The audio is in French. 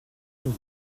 nous